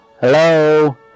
Hello